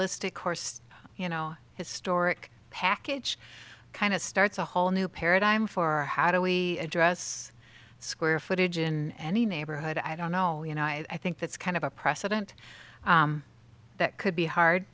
list of course you know historic package kind of starts a whole new paradigm for how do we address square footage in any neighborhood i don't know you know i think that's kind of a precedent that could be hard